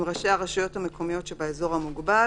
-- "(ככל האפשר) עם ראשי הרשויות המקומיות שבאזור המוגבל,